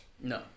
No